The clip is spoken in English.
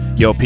yo